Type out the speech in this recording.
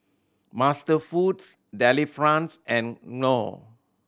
MasterFoods Delifrance and Knorr